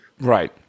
Right